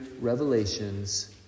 revelations